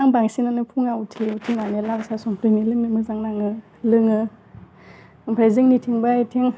आं बांसिनानो फुङाव उथियो उथिनानै लाल साहा संख्रिनि लोंनो मोजां नाङो लोङो ओमफाय जोंनि थिंबा इथिं